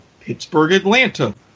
Pittsburgh-Atlanta